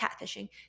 catfishing